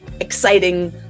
exciting